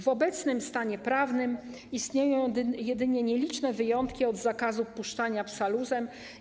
W obecnym stanie prawnym istnieją jedynie nieliczne wyjątki od zakazu puszczania psa luzem.